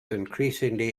increasingly